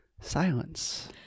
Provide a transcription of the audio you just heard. Silence